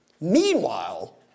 Meanwhile